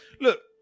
Look